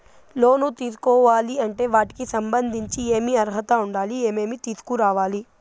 లోను తీసుకోవాలి అంటే వాటికి సంబంధించి ఏమి అర్హత ఉండాలి, ఏమేమి తీసుకురావాలి